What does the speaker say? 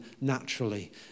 naturally